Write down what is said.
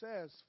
says